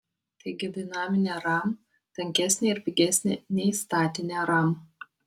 taigi dinaminė ram tankesnė ir pigesnė nei statinė ram